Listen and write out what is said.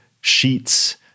sheets